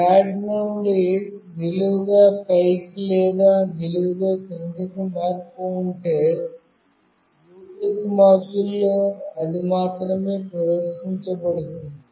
flat నుండి నిలువుగా పైకి లేదా నిలువుగా క్రిందికి మార్పు ఉంటే బ్లూటూత్ మాడ్యూల్లో అదిమాత్రమే ప్రదర్శించబడుతుంది